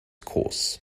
course